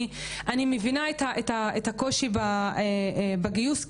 אני מבינה את הקושי בגיוס,